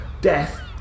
death